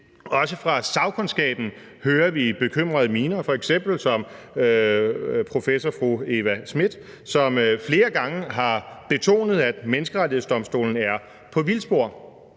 Også fra sagkundskaben hører vi bekymrede miner, f.eks. fra professor fru Eva Smith, som flere gange har betonet, at Menneskerettighedsdomstolen er på vildspor.